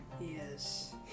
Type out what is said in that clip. Yes